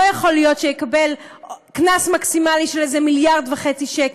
לא יכול להיות שיקבל קנס מקסימלי של איזה 1.5 מיליארד שקל.